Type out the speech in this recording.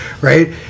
right